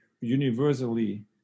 universally